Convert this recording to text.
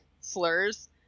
slurs